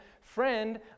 Friend